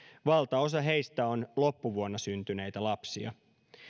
valtaosa heistä on loppuvuonna syntyneitä lapsia